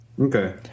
Okay